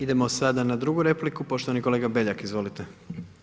Idemo sada na drugu repliku, poštovani kolega Beljak, izvolite.